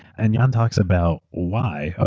and jan talks about why. ah